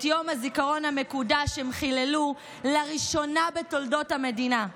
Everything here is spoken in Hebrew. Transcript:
את יום הזיכרון המקודש הם חיללו לראשונה בתולדות המדינה,